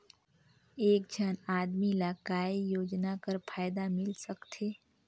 एक झन आदमी ला काय योजना कर फायदा मिल सकथे?